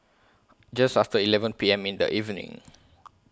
Just after eleven P M in The evening